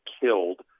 killed